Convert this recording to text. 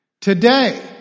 Today